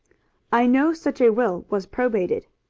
i know such a will was probated.